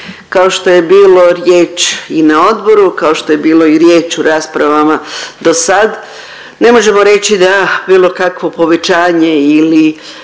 Kao što je bilo riječ i na odboru, kao što je bilo i riječ u raspravama dosad ne možemo reći da bilo kakvo povećanje ili